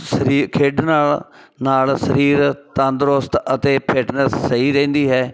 ਸਰੀ ਖੇਡਣ ਨਾਲ ਨਾਲ ਸਰੀਰ ਤੰਦਰੁਸਤ ਅਤੇ ਫਿਟਨੈਸ ਸਹੀ ਰਹਿੰਦੀ ਹੈ